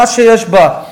מי שיש בא,